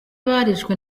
barishwe